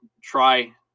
try